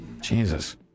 Jesus